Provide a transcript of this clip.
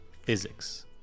physics